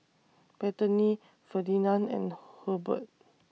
Bethany Ferdinand and Hurbert